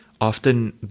often